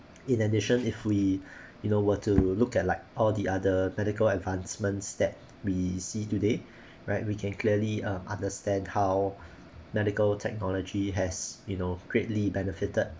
in addition if we you know were to look at like all the other medical advancements that we see today right we can clearly uh understand how medical technology has you know greatly benefited